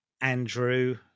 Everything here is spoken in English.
Andrew